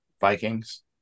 Vikings